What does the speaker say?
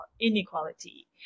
inequality